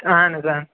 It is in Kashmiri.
اَہَن حظ آ